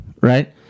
right